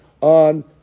on